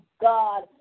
God